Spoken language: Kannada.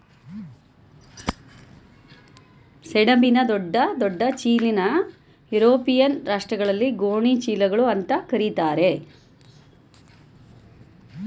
ಸೆಣಬಿನ ದೊಡ್ಡ ದೊಡ್ಡ ಚೀಲನಾ ಯುರೋಪಿಯನ್ ರಾಷ್ಟ್ರಗಳಲ್ಲಿ ಗೋಣಿ ಚೀಲಗಳು ಅಂತಾ ಕರೀತಾರೆ